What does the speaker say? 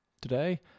Today